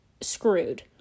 screwed